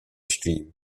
stream